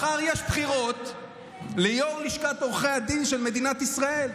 מחר יש בחירות ליו"ר לשכת עורכי הדין של מדינת ישראל.